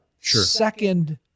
second